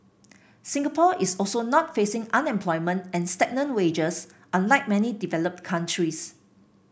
Singapore is also not facing unemployment and stagnant wages unlike many developed countries